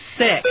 sick